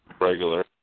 Regular